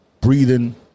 breathing